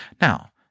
Now